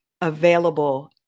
available